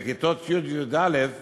בכיתות י'-י"א